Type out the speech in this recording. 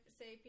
say